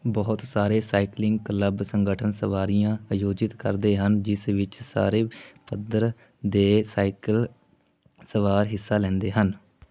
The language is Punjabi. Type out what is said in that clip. ਬਹੁਤ ਸਾਰੇ ਸਾਈਕਲਿੰਗ ਕਲੱਬ ਸੰਗਠਨ ਸਵਾਰੀਆਂ ਆਯੋਜਿਤ ਕਰਦੇ ਹਨ ਜਿਸ ਵਿੱਚ ਸਾਰੇ ਪੱਧਰ ਦੇ ਸਾਈਕਲ ਸਵਾਰ ਹਿੱਸਾ ਲੈਂਦੇ ਹਨ